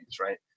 right